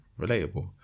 Relatable